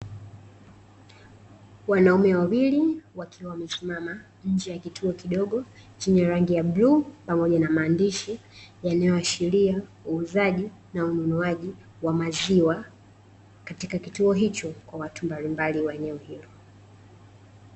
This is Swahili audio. Wanaume wawili wakiwa wamesimama nje ya kituo kidogo chenye rangi ya bluu pamoja na maandishi yanayo ashiria uuzaji na ununuaji wa maziwa katika kituo hicho watu mbalimbali wa kituo hicho.